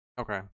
Okay